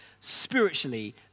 spiritually